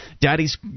Daddy's